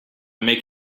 make